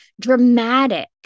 dramatic